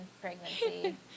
pregnancy